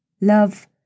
love